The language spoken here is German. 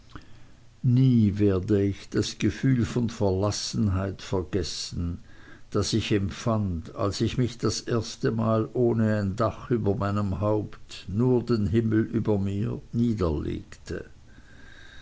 nie werde ich das gefühl von verlassenheit vergessen das ich empfand als ich mich das erstemal ohne ein dach über meinem haupt nur den himmel über mir niederlegte